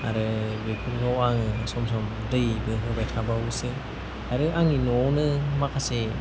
आरो बेफोरखौ आङो सम सम दैबो होबाय थाबावोसो आरो आंनि न'आवनो माखासे